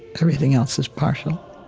everything else is partial